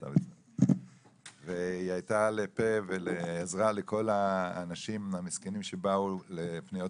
היא הייתה לפה ולעזרה לכל האנשים המסכנים שבאו לפניות